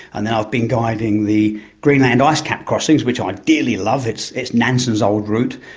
and i've been guiding the greenland ah icecap crossings, which i dearly love. it's it's nansen's old route.